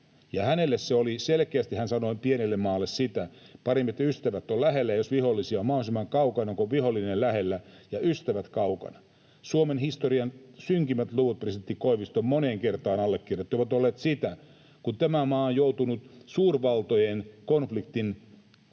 turvallisuudesta. Hän sanoi, että pienelle maalle on parempi, että ystävät ovat lähellä ja jos on vihollisia, mahdollisimman kaukana, kuin että vihollinen lähellä ja ystävät kaukana. Suomen historian synkimmät luvut, presidentti Koivisto moneen kertaan alleviivasi, ovat olleet sitä, kun tämä maa on joutunut suurvaltojen konfliktin keskelle.